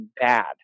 bad